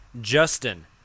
Justin